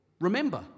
remember